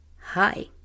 Hi